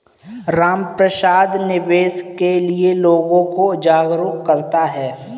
रामप्रसाद निवेश के लिए लोगों को जागरूक करता है